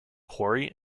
quarry